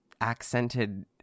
accented